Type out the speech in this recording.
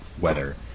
weather